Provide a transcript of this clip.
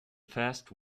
fast